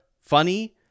funny